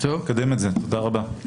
נקדם את זה, תודה רבה.